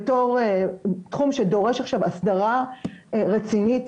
בתור תחום שדורש עכשיו הסדרה רצינית,